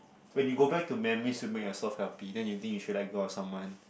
when you go back to memories to make yourself healthy then you think you should let go of someone